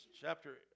chapter